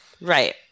Right